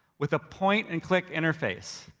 with a point and click interface.